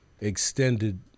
extended